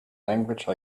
language